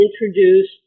introduced